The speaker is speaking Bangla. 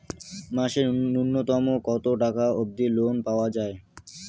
মাসে নূন্যতম কতো টাকা অব্দি লোন পাওয়া যায়?